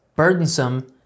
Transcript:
burdensome